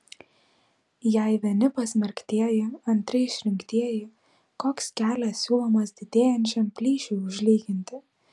jei vieni pasmerktieji antri išrinktieji koks kelias siūlomas didėjančiam plyšiui užlyginti